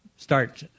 start